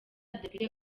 depite